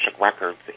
Records